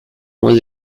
moins